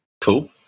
Cool